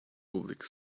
public